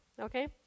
Okay